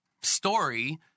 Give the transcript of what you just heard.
story